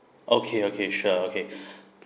okay okay sure okay